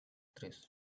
tres